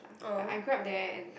but I grew up there and